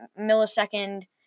millisecond